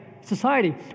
society